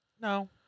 No